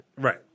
Right